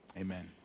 Amen